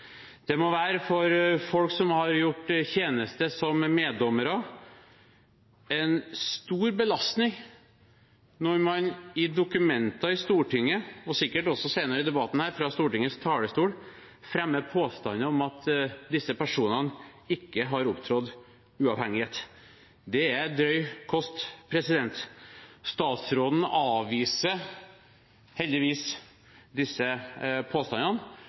Det må være en stor belastning for folk som har gjort tjeneste som meddommere, når man i dokumenter i Stortinget og sikkert også senere i debatten her fra Stortingets talerstol fremmer påstander om at disse personene ikke har opptrådt uavhengig. Det er drøy kost. Statsråden avviser heldigvis disse påstandene,